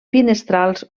finestrals